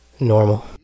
Normal